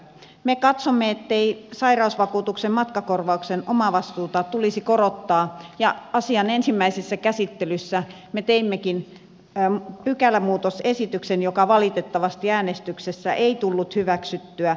me katsomme ettei sairausvakuutuksen matkakorvauksen omavastuuta tulisi korottaa ja asian ensimmäisessä käsittelyssä me teimmekin pykälämuutosesityksen joka valitettavasti äänestyksessä ei tullut hyväksyttyä